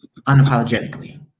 unapologetically